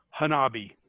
Hanabi